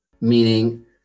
Meaning